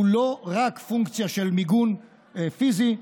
הוא לא רק פונקציה של מיגון פיזי,